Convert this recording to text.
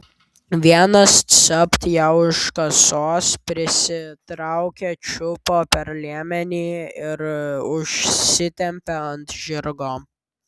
vienas capt ją už kasos prisitraukė čiupo per liemenį ir užsitempė ant žirgo